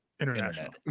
International